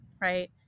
right